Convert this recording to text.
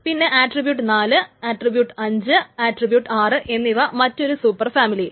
പിന്നെ attribute 4 attribute 5 attribute 6 എന്നിവ മറ്റൊരു സൂപ്പർ ഫാമിലിയിൽ